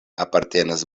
apartenas